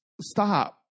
stop